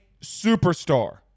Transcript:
superstar